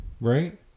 right